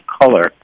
color